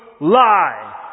lie